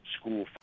school